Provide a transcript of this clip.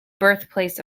birthplace